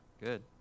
good